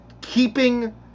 keeping